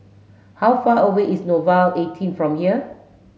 how far away is Nouvel eighteen from here